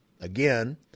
Again